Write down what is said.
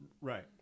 Right